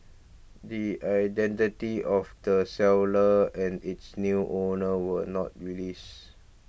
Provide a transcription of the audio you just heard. the identity of the seller and its new owner were not released